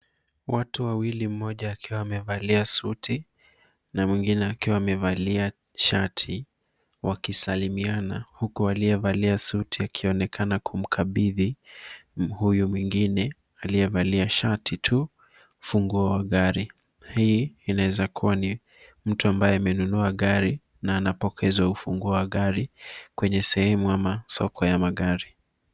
Watu wawili mmoja akiwa amevalia suti na mwingine akiwa amevalia shati wakisalimiana huku aliyevalia suti akionekana kumkabidhi huyu mwingine aliyevalia shati tu funguo wa gari. Hii inaweza kuwa ni mtu ambaye amenunua gari na anapokezwa ufunguo wa gari kwenye sehemu ama soko ya magari.